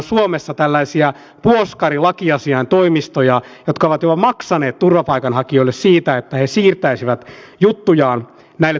kolmas on tulevaisuuden kunta asia ja neljäs tämä kuntien tehtävien ja velvoitteiden karsinta